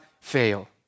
fail